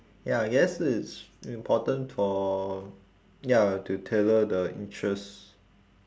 ya I guess it's important for ya to tailor the interest